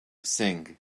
singh